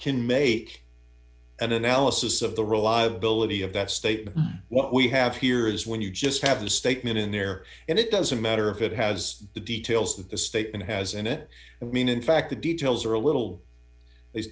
can mate an analysis of the reliability of that statement what we have here is when you just have the statement in there and it doesn't matter if it has the details that the state has in it i mean in fact the details are a little